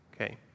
Okay